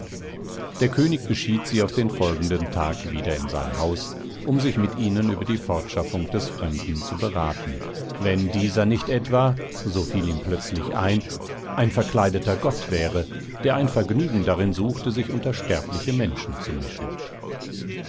der könig beschied sie auf den folgenden tag wieder in sein haus um sich mit ihnen über die fortschaffung des fremden zu beraten wenn dieser nicht etwa so fiel ihm plötzlich ein ein verkleideter gott wäre der ein vergnügen darin suchte sich unter sterbliche menschen zu mischen